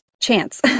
chance